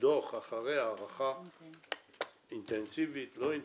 דוח אחרי הערכה, אינטנסיבי, לא אינטנסיבי,